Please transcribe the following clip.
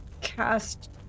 cast